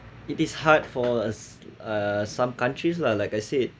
it is hard for us uh some countries lah like I said